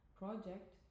project